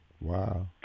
Wow